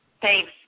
Thanks